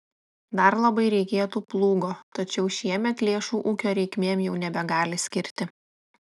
dar labai reikėtų plūgo tačiau šiemet lėšų ūkio reikmėm jau nebegali skirti